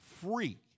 free